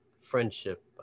friendship